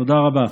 תודה רבה.